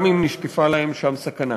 גם אם נשקפה להם שם סכנה.